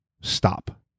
stop